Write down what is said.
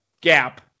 Gap